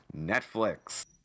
Netflix